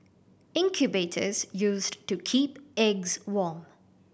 incubators used to keep eggs warm